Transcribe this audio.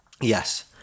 Yes